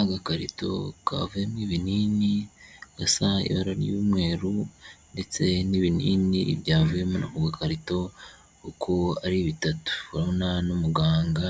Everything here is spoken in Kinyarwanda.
Agakarito kavuyemo ibinini gasa ibara ry'umweru ndetse n'ibinini byavuye muno mu gakarito uko ari bitatu. Urabona n'umuganga